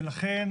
ולכן,